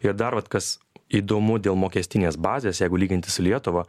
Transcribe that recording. ir dar vat kas įdomu dėl mokestinės bazės jeigu lyginti su lietuva